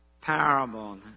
parable